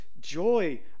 joy